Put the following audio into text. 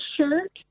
shirt